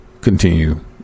continue